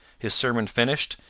his sermon finished,